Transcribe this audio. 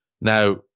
Now